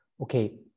Okay